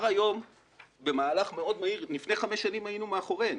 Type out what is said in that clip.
היום במהלך מאוד מהיר לפני חמש שנים היינו מאחוריהן